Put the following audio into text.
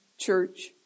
church